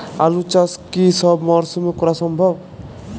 আলু চাষ কি সব মরশুমে করা সম্ভব?